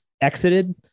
exited